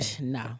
No